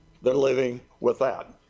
their living with that.